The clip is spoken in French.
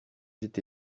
été